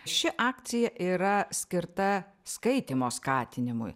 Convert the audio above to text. ši akcija yra skirta skaitymo skatinimui